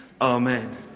Amen